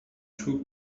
two